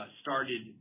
started